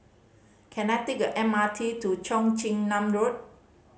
can I take the M R T to Cheong Chin Nam Road